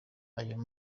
ayo